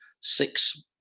six